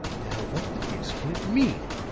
now what the deuce can it mean,